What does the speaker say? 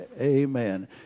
Amen